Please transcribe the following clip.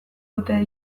dute